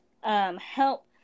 help